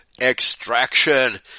extraction